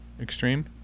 extreme